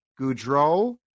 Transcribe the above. Goudreau